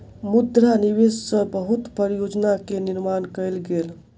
मुद्रा निवेश सॅ बहुत परियोजना के निर्माण कयल गेल